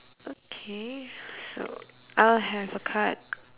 okay so I'll have a card